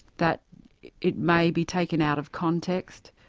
that it may be taken out of context,